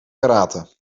karate